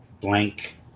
blank